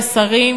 התשע"ה 2015,